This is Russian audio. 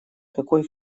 какой